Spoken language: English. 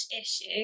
issue